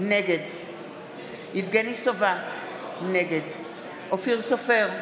נגד יבגני סובה, נגד אופיר סופר,